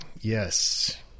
Yes